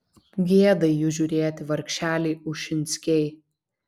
gėda į jus žiūrėti vargšeliai ušinskiai